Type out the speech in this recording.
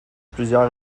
plusieurs